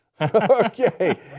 Okay